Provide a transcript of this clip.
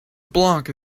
block